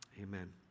Amen